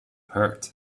hurt